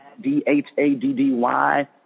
D-H-A-D-D-Y